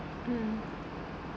mm